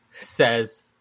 says